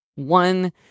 One